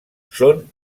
són